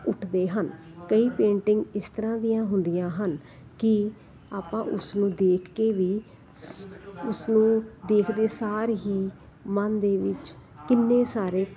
ਉੱਠਦੇ ਹਨ ਕਈ ਪੇਂਟਿੰਗ ਇਸ ਤਰ੍ਹਾਂ ਦੀਆਂ ਹੁੰਦੀਆਂ ਹਨ ਕਿ ਆਪਾਂ ਉਸਨੂੰ ਦੇਖ ਕੇ ਵੀ ਸ ਉਸਨੂੰ ਦੇਖਦੇ ਸਾਰ ਹੀ ਮਨ ਦੇ ਵਿੱਚ ਕਿੰਨੇ ਸਾਰੇ